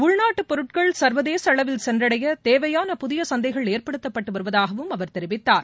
உள்நாட்டுபொருட்கள் சர்வதேசஅளவில் சென்றடையதேவையான புதியசந்தைகள் ஏற்படுத்தப்பட்டுவருவதாகவும் அவர் தெரிவித்தார்